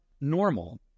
normal